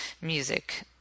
music